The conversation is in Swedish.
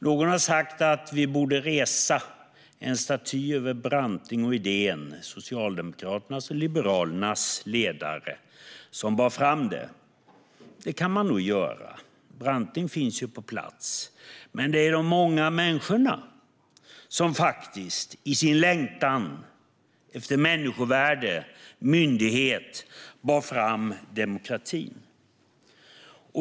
Någon har sagt att vi borde resa statyer över Branting och Edén, Socialdemokraternas och Folkpartiets ledare, som bar fram detta. Det kan man nog göra. Branting finns på plats. Men det var de många människorna som faktiskt i sin längtan efter människovärde och myndighet bar fram demokratin.